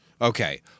Okay